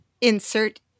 insert